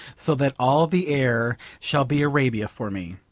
so that all the air shall be arabia for me.